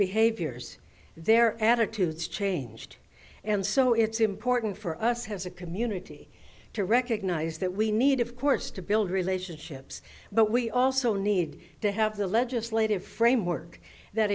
behaviors their attitudes changed and so it's important for us has a community to recognize that we need of course to build relationships but we also need to have the legislative framework that